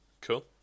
cool